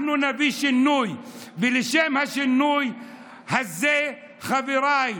אנחנו נביא שינוי, ולשם השינוי הזה, חבריי,